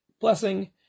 blessing